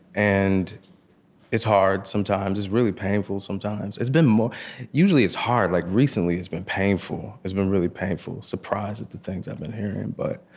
and it's hard sometimes. it's really painful sometimes. it's been more usually, it's hard. like recently, it's been painful. it's been really painful. surprised at the things i've been hearing but